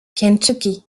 kentucky